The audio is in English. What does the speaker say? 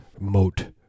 moat